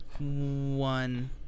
one